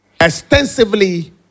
extensively